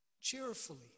cheerfully